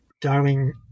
Darwin